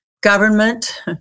Government